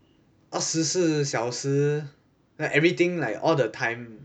二十四小时 like everything like all the time